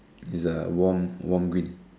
is a warm warm green